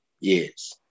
Yes